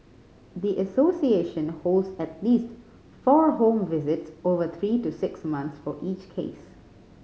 the association holds at least four home visits over three to six months for each case